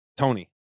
Tony